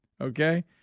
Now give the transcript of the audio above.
okay